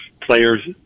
players –